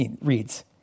reads